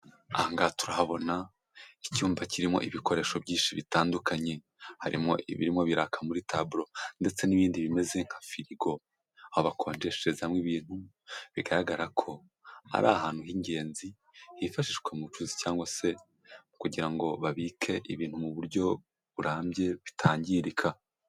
Aha ngaha turahabona icyumba kirimo ibikoresho byinshi bitandukanye. Harimo ibirimo biraka muri taburo ndetse n'ibindi bimeze nka firigo. Aho bakonjesherezamo ibintu, bigaragara ko ari ahantu h'ingenzi hifashishwa mu bucuruzi cyangwa se kugira ngo babike ibintu mu buryo burambye, bitangirika.